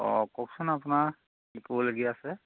অঁ কওকচোন আপোনাৰ কি ক'বলগীয়া আছে